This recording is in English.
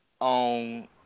on